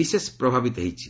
ବିଶେଷ ପ୍ରଭାବିତ ହୋଇଛି